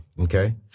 okay